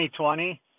2020